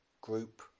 group